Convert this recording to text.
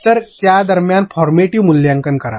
तर त्या दरम्यान फॉर्मेटिव्ह मूल्यांकन करा